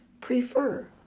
prefer